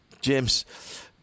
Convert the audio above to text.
James